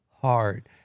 hard